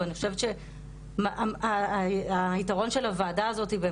אבל אני חושבת שהיתרון של הוועדה הזאתי,